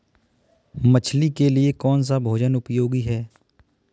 मछली के लिए कौन सा भोजन उपयोगी है?